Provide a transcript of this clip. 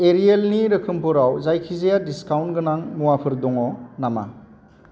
एरियेलनि रोखोमफोराव जायखिजाया डिसकाउन्ट गोनां मुवाफोर दङ नामा